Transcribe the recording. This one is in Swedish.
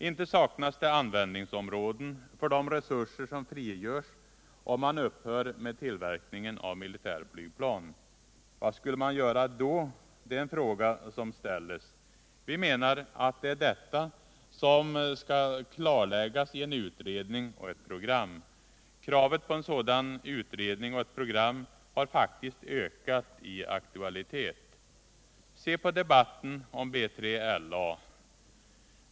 Inte saknas det användningsområden för de resurser som frigörs, om man upphör med tillverkningen av militärflygplan. Vad skulle man göra då? är en fråga som ställs. Vi menar att det är detta som skall klarläggas i en utredning och ett program. Kravet på en sådan utredning och ett sådant program har faktiskt ökat i aktualitet. Se på debatten om B3LA.